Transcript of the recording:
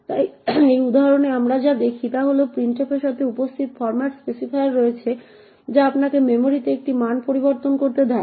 তাই এই উদাহরণে আমরা যা দেখি তা হল printf এর সাথে উপস্থিত ফরম্যাট স্পেসিফায়ার রয়েছে যা আপনাকে মেমরিতে একটি মান পরিবর্তন করতে দেয়